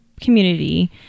community